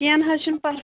کیٚنٛہہ نہَ حظ چھُنٕہ پہ